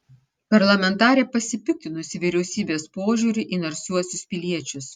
parlamentarė pasipiktinusi vyriausybės požiūriu į narsiuosius piliečius